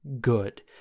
good